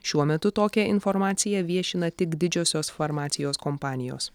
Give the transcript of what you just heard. šiuo metu tokią informaciją viešina tik didžiosios farmacijos kompanijos